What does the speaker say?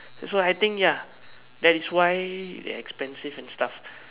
so I think ya that is why they are expensive and stuff